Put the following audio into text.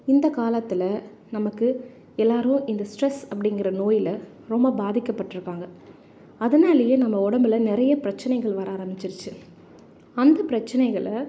இந்த காலத்தில் நமக்கு எல்லாேரும் இந்த ஸ்ட்ரெஸ் அப்படிங்கிற நோயில் ரொம்ப பாதிக்கப்பட்டிருக்காங்க அதனாலையே நம்ம உடம்புல நிறைய பிரச்சினைகள் வர ஆரம்பிச்சிருச்சு அந்த பிரச்சினைகள